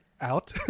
out